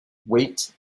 wait